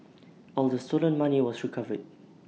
all the stolen money was recovered